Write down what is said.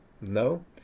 No